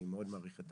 אני מאוד מעריך את